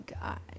God